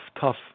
tough